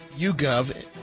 YouGov